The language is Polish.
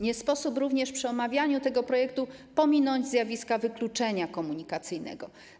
Nie sposób również przy omawianiu tego projektu pominąć zjawiska wykluczenia komunikacyjnego.